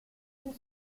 due